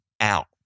out